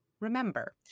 remember